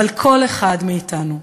אבל כל אחד מאתנו